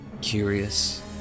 Curious